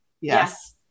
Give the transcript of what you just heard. yes